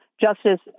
Justice